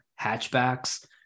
hatchbacks